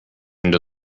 end